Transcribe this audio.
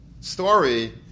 story